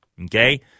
okay